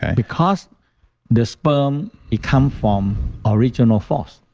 because the sperm, it comes from original force,